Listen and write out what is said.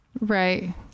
Right